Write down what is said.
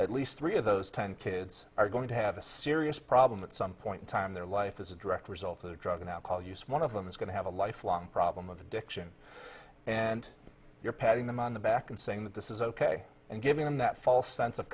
at least three of those ten kids are going to have a serious problem at some point in time their life as a direct result of their drug and alcohol use one of them is going to have a lifelong problem with addiction and you're patting them on the back and saying that this is ok and giving them that false sense of